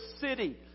City